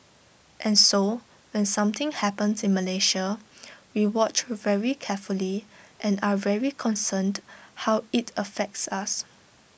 and so when something happens in Malaysia we watch very carefully and are very concerned how IT affects us